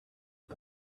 him